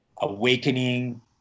awakening